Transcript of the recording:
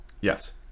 Yes